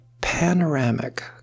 panoramic